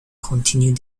continue